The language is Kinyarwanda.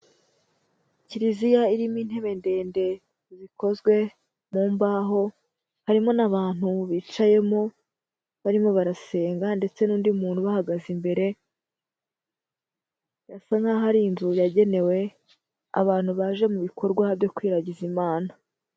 Kiliziya irimo intebe ndende zikozwe mu mbaho, harimo n'abantu bicayemo barimo barasenga ndetse n'undi muntu ubahagaze imbere, asa nkaho ari inzu yagenewe abantu baje mu bikorwa byo kwiragiza Imana.